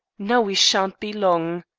now we shan't be long!